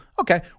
Okay